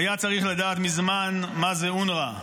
היה צריך לדעת מזמן מה זה אונר"א.